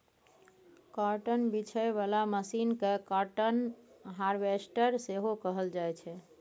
cotton बीछय बला machine केँ काँटन हार्वेस्टर सेहो कहल जाइ छै